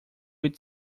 eat